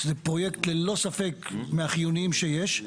שזה פרויקט ללא ספק מהחיוניים שיש,